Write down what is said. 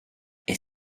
est